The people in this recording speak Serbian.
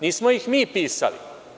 Nismo ih m i pisali.